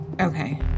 Okay